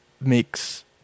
mix